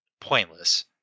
Pointless